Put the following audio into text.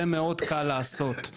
זה מאוד קל לעשות.